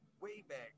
Wayback